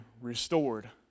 restored